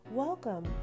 Welcome